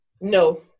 No